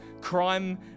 crime